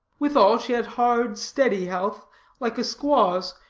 withal she had hard, steady health like a squaw's,